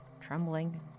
trembling